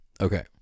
Okay